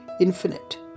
infinite